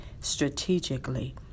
strategically